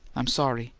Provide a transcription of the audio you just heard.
i'm sorry.